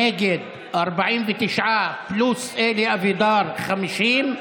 נגד, 49, פלוס אלי אבידר, 50,